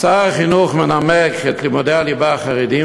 שר החינוך מנמק את לימודי הליבה החרדיים,